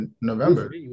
november